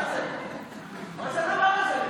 מה זה הדבר הזה?